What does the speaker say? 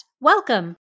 welcome